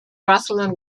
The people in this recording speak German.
russell